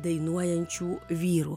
dainuojančių vyrų